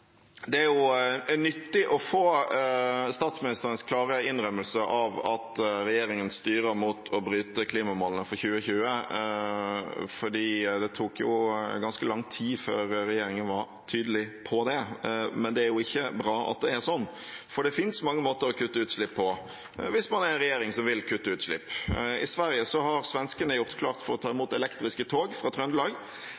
Det er nyttig å få statsministerens klare innrømmelse av at regjeringen styrer mot å bryte klimamålene for 2020, for det tok ganske lang tid før regjeringen var tydelig på det. Men det er jo ikke bra at det er sånn, for det finnes mange måter å kutte utslipp på hvis man er en regjering som vil kutte utslipp. I Sverige har svenskene gjort klart for å ta